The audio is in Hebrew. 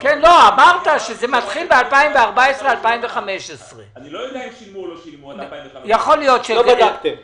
אם שילמו או לא שילמו עד 2015. בסדר.